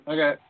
Okay